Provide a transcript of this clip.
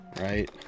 Right